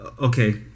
okay